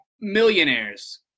millionaires